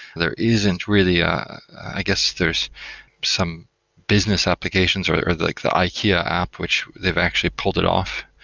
there isn't really ah i guess there's some business applications or or like the ikea app, which they've actually pulled it off.